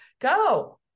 go